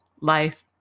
life